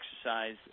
exercise